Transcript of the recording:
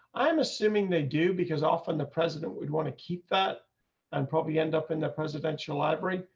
i'm assuming they do because often the president would want to keep that and probably end up in the presidential library.